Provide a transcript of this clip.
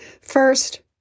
first